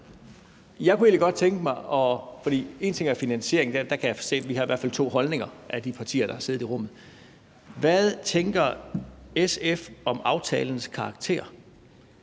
Jeg kunne egentlig godt tænke mig at spørge om noget. For én ting er finansieringen, og der kan jeg se, at der i hvert fald er to holdninger hos de partier, der har siddet i rummet. Hvad tænker SF om aftalens karakter?